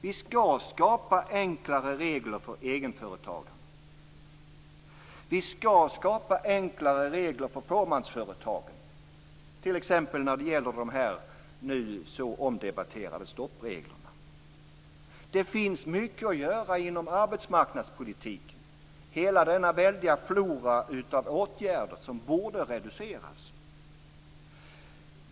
Vi skall skapa enklare regler för egenföretagarna. Vi skall skapa enklare regler för fåmansföretagen, t.ex. när det gäller de nu så omdebatterade stoppreglerna. Det finns mycket att göra inom arbetsmarknadspolitiken - hela denna väldiga flora av åtgärder som borde reduceras.